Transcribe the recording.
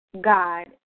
God